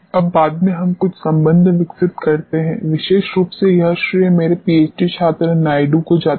अब बाद में हम कुछ संबंध विकसित करते हैं विशेष रूप से यह श्रेय मेरे पीएचडी छात्र नायडू को जाता है